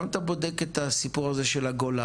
גם אתה בודק את הסיפור הזה של הגולן,